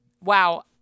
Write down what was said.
Wow